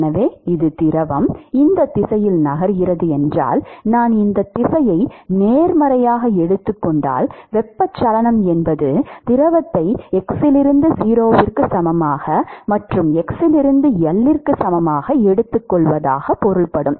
எனவே இது திரவம் இந்த திசையில் நகர்கிறது என்றால் நான் இந்த திசையை நேர்மறையாக எடுத்துக் கொண்டால் வெப்பச்சலனம் என்பது திரவத்தை x லிருந்து 0 க்கு சமமாக x லிருந்து L க்கு சமமாக எடுத்துக்கொள்வதாகும்